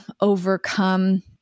overcome